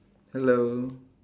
hello